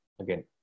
again